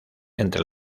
entre